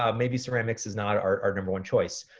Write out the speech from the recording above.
ah maybe ceramics is not our number one choice.